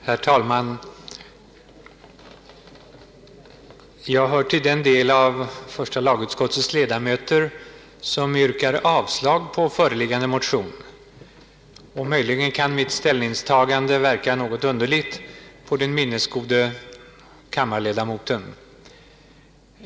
Herr talman! Jag hör till dem av första lagutskottets ledamöter som yrkar avslag på föreliggande motion. Möjligen kan mitt ställningstagande verka något underligt på den minnesgode kammarledamoten.